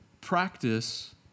practice